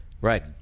Right